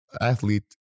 athlete